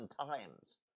times